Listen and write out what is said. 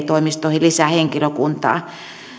toimistoihin lisää henkilökuntaa